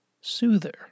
Soother